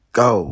go